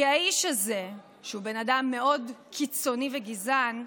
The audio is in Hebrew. כי האיש הזה, שהוא בן אדם מאוד קיצוני וגזען,